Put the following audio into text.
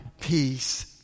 peace